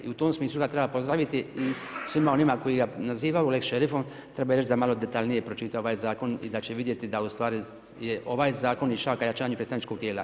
I u tom smislu ga treba pozdraviti i svima onima koji ga nazivaju lex šerifom treba reći da malo detaljnije pročita ovaj zakon i da će vidjeti da ustvari je ovaj zakon i … jačanju predstavničkog tijela.